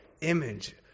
image